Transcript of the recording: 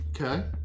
Okay